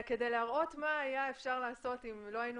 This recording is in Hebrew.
זה כדי להראות מה היה אפשר לעשות אם לא היינו